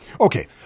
Okay